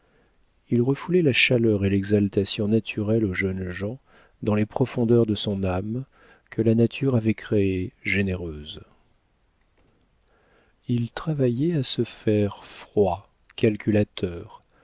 il refoulait la chaleur et l'exaltation naturelle aux jeunes gens dans les profondeurs de son âme que la nature avait créée généreuse il travaillait à se faire froid calculateur